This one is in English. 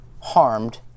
harmed